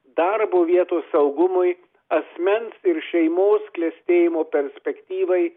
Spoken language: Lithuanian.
darbo vietų saugumui asmens ir šeimos klestėjimo perspektyvai